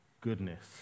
goodness